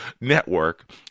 network